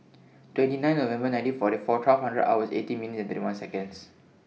twenty nine November nineteen forty four twelve hundred hours eighteen minutes and thirty one Seconds